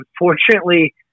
unfortunately